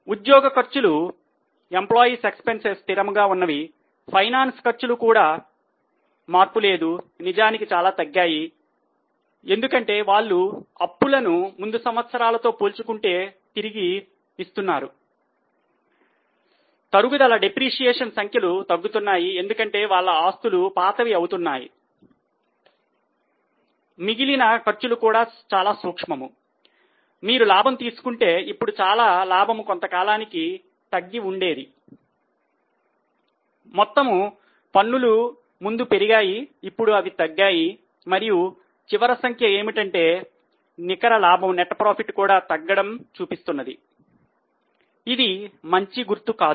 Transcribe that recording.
ఉద్యోగ ఖర్చులు కూడా తగ్గడం చూపిస్తున్నది ఇది మంచి గుర్తు కాదు